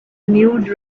nude